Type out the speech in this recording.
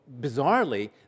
bizarrely